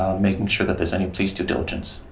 um making sure that there's any police due diligence.